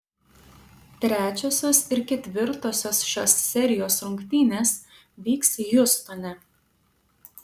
trečiosios ir ketvirtosios šios serijos rungtynės vyks hjustone